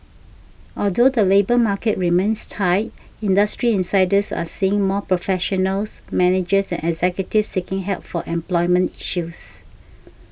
although the labour market remains tight industry insiders are seeing more professionals managers and executives seeking help for employment issues